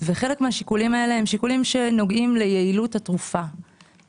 וחלק מהשיקולים האלה הם שיקולים שנוגעים ליעילות התרופה,